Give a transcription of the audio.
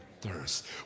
thirst